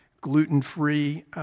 gluten-free